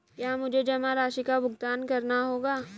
क्या मुझे जमा राशि का भुगतान करना होगा?